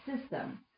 system